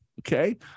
Okay